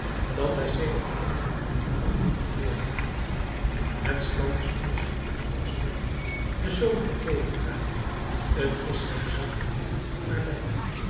dat hij sedert eenige minuten met moeite voortgaat het strand is onder zijn voeten als pek de zolen kleven er aan t is geen zand meer maar